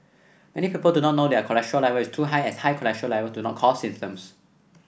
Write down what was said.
many people do not know their cholesterol level is too high as high cholesterol level do not cause symptoms